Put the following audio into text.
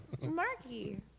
Marky